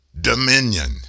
Dominion